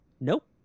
Nope